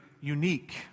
unique